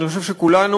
אני חושב שכולנו,